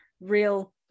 real